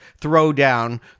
throwdown